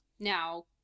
Now